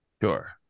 Sure